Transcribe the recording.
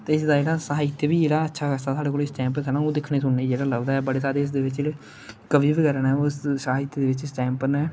ते इसदा जेहड़ा साहित्य बी जेहड़ा अच्छा बड़ा अच्छा ऐ जेहड़ा दिक्खने सुनने गी लभदा ऐ इस टाइम दे बिच जेहडे़ कवि बगैरा ना ओह साहित्य दे बिच इस टाइम उपर